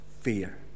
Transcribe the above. fear